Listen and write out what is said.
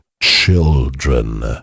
children